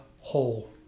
whole